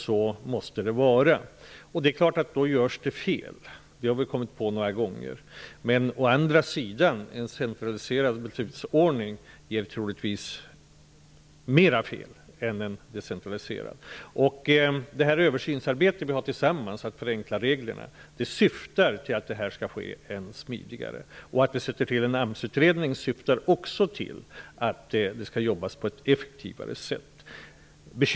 Så måste det också vara. Då görs det ibland fel; det har vi kommit på några gånger. Men en centraliserad beslutsordning genererar troligtvis fler fel än en decentraliserad. Det översynsarbete som vi utför tillsammans när det gäller att förenkla reglerna syftar till ett smidare förfarande. Tanken att tillsätta en AMS-utredning syftar också till att det skall jobbas på ett effektivare sätt.